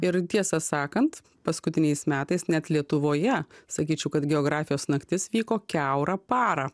ir tiesą sakant paskutiniais metais net lietuvoje sakyčiau kad geografijos naktis vyko kiaurą parą